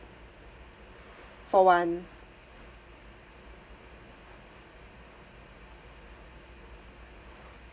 for one